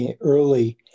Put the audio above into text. early